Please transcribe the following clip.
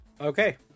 okay